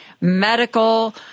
medical